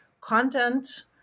content